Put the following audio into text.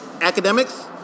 academics